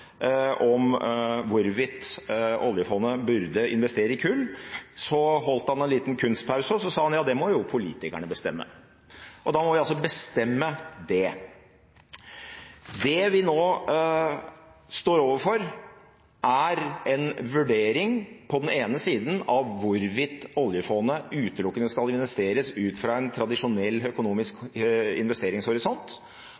om hvorvidt oljefondet burde investere i kull, tok han en liten kunstpause, og så sa han: Det må jo politikerne bestemme. Da må vi altså bestemme det. Det vi nå står overfor, er en vurdering av på den ene siden hvorvidt oljefondet utelukkende skal investeres ut fra en tradisjonell økonomisk investeringshorisont